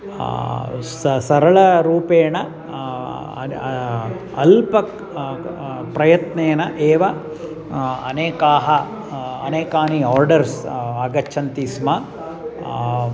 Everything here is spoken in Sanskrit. स सरलरूपेण अद्य अल्पक् प्रयत्नेन एव अनेकाः अनेकानि आर्डर्स् आगच्छन्ति स्म